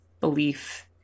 belief